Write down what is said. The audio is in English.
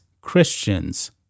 Christians